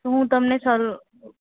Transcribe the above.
હું તમને સલુ